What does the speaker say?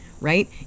right